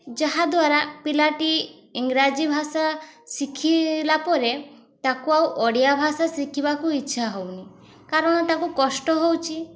ଯାହାଦ୍ୱାରା ପିଲାଟି ଇଂରାଜୀ ଭାଷା ଶିଖିଲା ପରେ ତା'କୁ ଆଉ ଓଡ଼ିଆ ଭାଷା ଶିଖିବାକୁ ଇଚ୍ଛା ହେଉନି କାରଣ ତା'କୁ କଷ୍ଟ ହେଉଛି